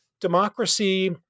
democracy